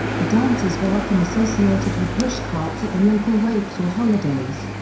the dances were often associated with rushcarts at the local wakes or holidays.